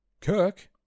Kirk